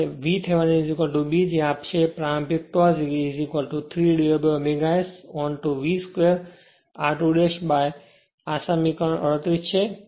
અને VThevenin b જે આપશે પ્રારંભિક torque 3ω S onto v 2 r2 આ એક સમીકરણ 38 છે